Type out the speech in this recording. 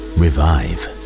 revive